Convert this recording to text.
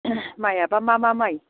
माइआबा मा मा माइ